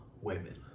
women